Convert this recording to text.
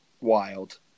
wild